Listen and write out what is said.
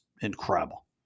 incredible